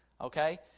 okay